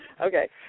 Okay